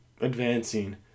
advancing